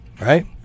Right